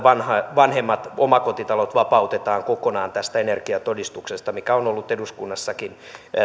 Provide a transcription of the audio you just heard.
vanhemmat omakotitalot vapautetaan kokonaan tästä energiatodistuksesta mikä on ollut eduskunnassakin